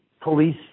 police